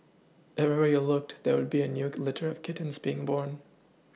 everywhere you looked there would be a new litter of kittens being born